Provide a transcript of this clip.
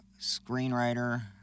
screenwriter